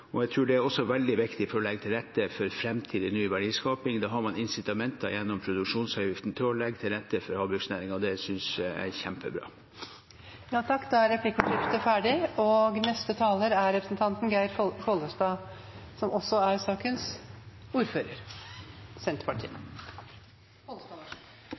Jeg tror det er veldig viktig for å legge til rette for framtidig, ny verdiskaping. Da har man incitamenter gjennom produksjonsavgiften til å legge til rette for havbruksnæringen. Det synes jeg er kjempebra. Replikkordskiftet er omme. Ei sak som gjeld mange milliardar kroner, tenkjer eg det er